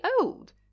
old